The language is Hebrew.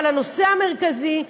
אבל הנושא המרכזי,